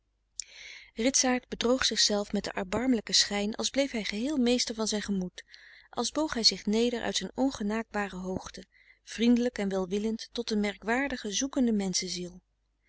ritsaart bedroog zichzelf met den erbarmelijken schijn als bleef hij geheel meester van zijn gemoed als boog hij zich neder uit zijn ongenaakbare hoogte vriendelijk en welwillend tot een merkwaardige zoekende menschenziel